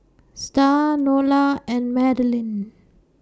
Starr Nola and Madilyn